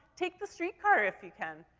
take the streetcar if you can.